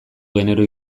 genero